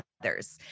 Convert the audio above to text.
others